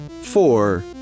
four